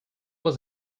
was